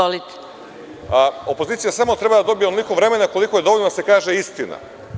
Opozicija samo treba da dobije onoliko vremena koliko je dovoljno da se kaže istina.